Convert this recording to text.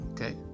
Okay